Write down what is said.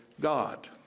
God